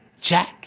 Jack